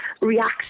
react